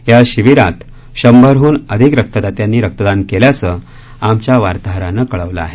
या शिबीरात शंभरहून अधिक रक्तदात्यांनी रक्तदान केल्याचं आमच्या वार्ताहरानं कळवलं आहे